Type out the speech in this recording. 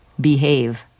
behave